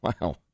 Wow